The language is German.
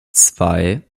zwei